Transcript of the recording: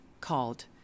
called